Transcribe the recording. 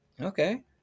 Okay